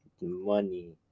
Money